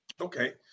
Okay